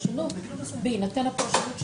בהינתן הפרשנות שלך?